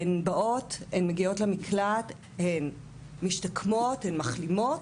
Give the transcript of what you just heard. הן מגיעות למקלט, הן משתקמות, הן מחלימות